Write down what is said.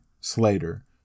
Slater